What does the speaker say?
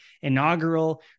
inaugural